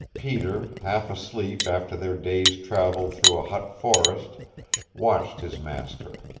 peter, half asleep after their day's travel through a hot forests watched his master.